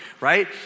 right